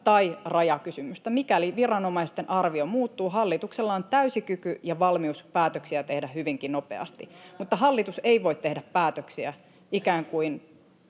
tai rajakysymystä. Mikäli viranomaisten arvio muuttuu, hallituksella on täysi kyky ja valmius tehdä päätöksiä hyvinkin nopeasti, mutta hallitus ei voi tehdä päätöksiä ikään kuin